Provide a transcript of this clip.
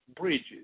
Bridges